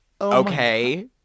Okay